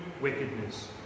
wickedness